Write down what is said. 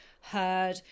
heard